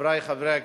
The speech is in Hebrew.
חברי חברי הכנסת,